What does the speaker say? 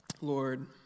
Lord